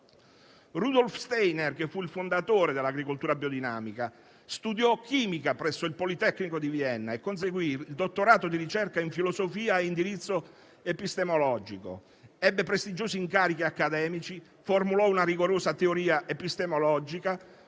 Rudolf Steiner, che fu il fondatore dell'agricoltura biodinamica, studiò chimica presso il Politecnico di Vienna e conseguì il dottorato di ricerca in filosofia a indirizzo epistemologico, ebbe prestigiosi incarichi accademici, formulò una rigorosa teoria epistemologica,